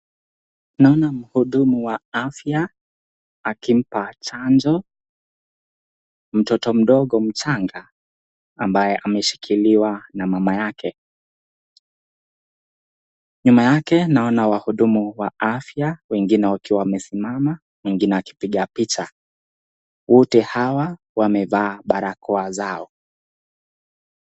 Naona mhudumu wa afya akimpa chanjo mtoto mdogo mchanga ambaye ameshikiliwa na mama yake, nyuma yake naona wahudumu wa afya wakiwa wamesimama mwingine akipiga picha, wote hawa wamevaa barakoa zao.